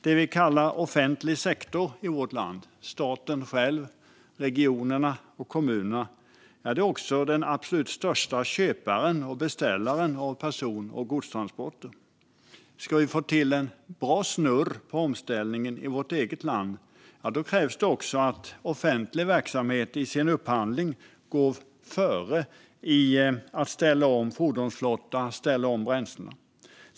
Det vi kallar offentlig sektor i vårt land - staten själv, regionerna och kommunerna - är också den absolut största köparen och beställaren av person och godstransporter. Ska vi få till en bra snurr på omställningen i vårt eget land krävs det att offentlig verksamhet i sin upphandling går före i att ställa om fordonsflottan och bränslena.